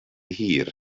hir